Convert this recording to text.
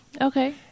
Okay